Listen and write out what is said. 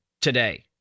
today